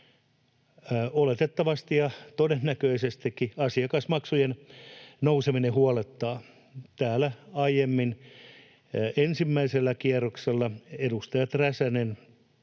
oletettavasti ja todennäköisestikin, asiakasmaksujen nouseminen huolettaa. Täällä aiemmin ensimmäisellä kierroksella edustajat Räsänen